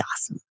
awesome